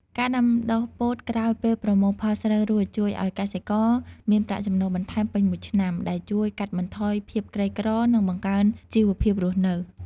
ការដាំដុះពោតក្រោយពេលប្រមូលផលស្រូវរួច ជួយឱ្យកសិករមានប្រាក់ចំណូលបន្ថែមពេញមួយឆ្នាំ ដែលជួយកាត់បន្ថយភាពក្រីក្រ និងបង្កើនជីវភាពរស់នៅ។